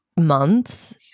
months